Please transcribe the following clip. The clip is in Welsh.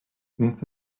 beth